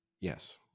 Yes